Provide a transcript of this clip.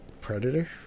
predator